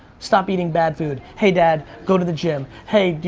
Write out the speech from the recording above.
stop eating bad food. hey, dad, go to the gym. hey,